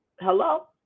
hello